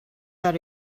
got